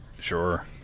Sure